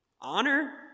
Honor